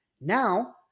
Now